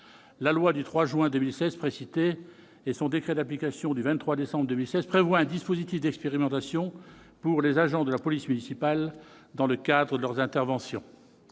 de la procédure pénale et son décret d'application du 23 décembre 2016 ont prévu un dispositif d'expérimentation pour les agents de la police municipale dans le cadre de leurs interventions.